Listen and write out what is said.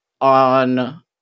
on